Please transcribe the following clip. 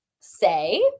say